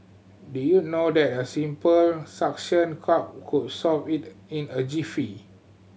did you know that a simple suction cup could solve it in a jiffy